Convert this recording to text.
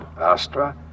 astra